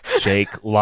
Jake